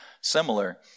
similar